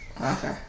okay